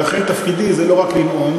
ולכן תפקידי הוא לא רק לנאום,